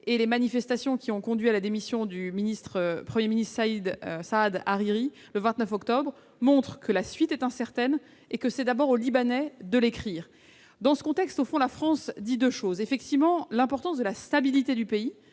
et les manifestations qui ont conduit à la démission du Premier ministre Saad Hariri, le 29 octobre, montrent que la suite est incertaine et que c'est d'abord aux Libanais de l'écrire. La France insiste sur l'importance de la stabilité du pays